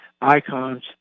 icons